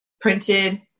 printed